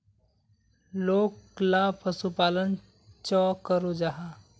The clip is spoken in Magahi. लोकला पशुपालन चाँ करो जाहा?